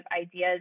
ideas